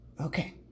Okay